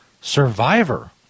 survivor